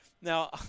Now